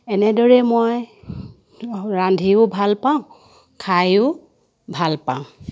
এনেদৰে মই ৰান্ধিও ভালপাওঁ খাইও ভালপাওঁ